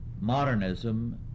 modernism